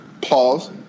Pause